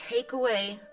takeaway